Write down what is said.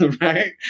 right